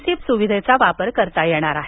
C सुविधेचा वापर करता येणार आहे